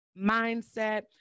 mindset